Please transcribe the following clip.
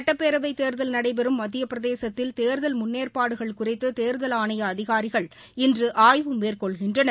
சுட்டப்பேரவைத் தேர்தல் நடைபெறும் மத்திய பிரதேசத்தில் தேர்தல் முன்னேற்பாடுகள் குறித்து தேர்தல் ஆணைய அதிகாரிகள் இன்று ஆய்வு மேற்கொள்கின்றனர்